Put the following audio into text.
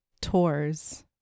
tours